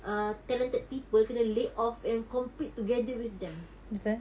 err talented people kena laid off and compete together with them